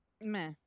Meh